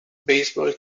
baseball